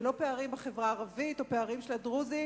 אלה לא הפערים בחברה הערבית או פערים של הדרוזים.